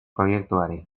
proiektuari